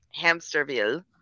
Hamsterville